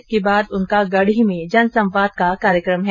इसके बाद उनका गढ़ी में जन संवाद का कार्यकम है